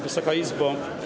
Wysoka Izbo!